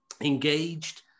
engaged